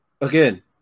Again